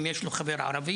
אם יש לו חבר ערבי,